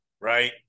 right